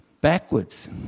backwards